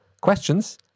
questions